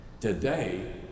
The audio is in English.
Today